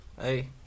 Hey